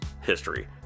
history